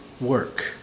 work